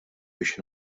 biex